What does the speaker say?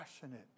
passionate